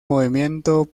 movimiento